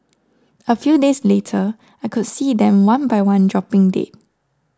a few days later I could see them one by one dropping dead